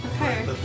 Okay